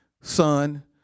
son